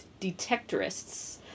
detectorists